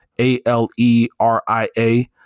A-L-E-R-I-A